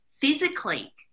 physically